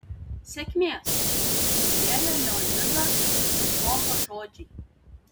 sėkmės palydėjo leonidą icchoko žodžiai